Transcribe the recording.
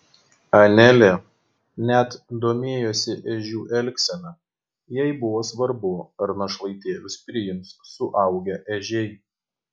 anelė net domėjosi ežių elgsena jai buvo svarbu ar našlaitėlius priims suaugę ežiai